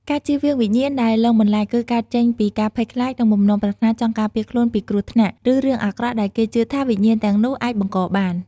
ការជៀសវាងវិញ្ញាណដែលលងបន្លាច គឺកើតចេញពីការភ័យខ្លាច និងបំណងប្រាថ្នាចង់ការពារខ្លួនពីគ្រោះថ្នាក់ ឬរឿងអាក្រក់ដែលគេជឿថាវិញ្ញាណទាំងនោះអាចបង្កបាន។